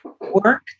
work